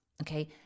Okay